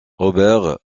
robert